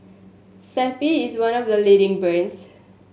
Zappy is one of the leading brands